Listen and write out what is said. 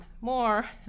more